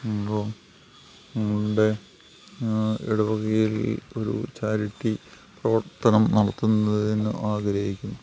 ഇപ്പോൾ ഞങ്ങളുടെ ഇടവകയിൽ ഒരു ചാരിറ്റി പ്രവർത്തനം നടത്തുന്നതിന് ആഗ്രഹിക്കിന്നു